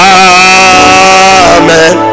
amen